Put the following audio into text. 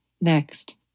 Next